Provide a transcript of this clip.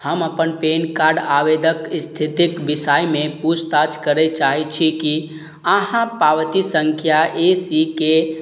हम अपन pan card आवेदनक स्थितिक विषयमे पूछताछ करय चाहैत छी की अहाँ पावती सङ्ख्या ए सी के